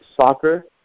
soccer